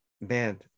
man